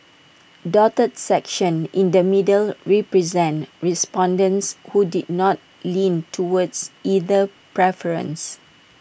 dotted sections in the middle represent respondents who did not lean towards either preference